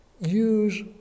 use